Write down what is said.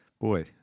Boy